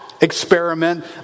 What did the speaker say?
experiment